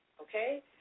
Okay